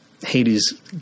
Hades